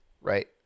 right